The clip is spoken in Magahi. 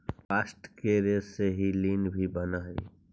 बास्ट के रेसा से ही लिनन भी बानऽ हई